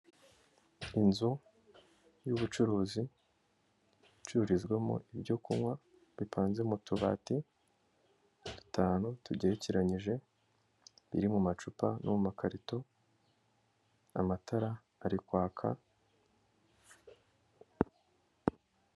Inzu y'ubucuruzi icurizwamo ibyo kunywa bipanze mu tubati dutanu tugerekeranyije, biri mu macupa no mu makarito, amatara ari kwaka.